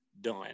done